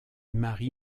marie